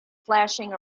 flashing